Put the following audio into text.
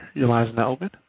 your line is now open.